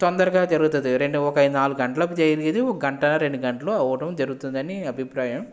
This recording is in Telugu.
తొందరగా జరుగుతుంది రెండు ఒక నాలుగు గంటల జరిగేది ఒక గంట రెండు గంటలో అవటం జరుగుతుందని అభిప్రాయం